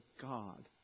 God